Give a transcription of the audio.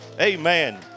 Amen